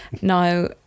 Now